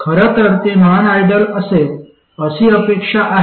खरं तर ते नॉन आयडल असेल अशी अपेक्षा आहे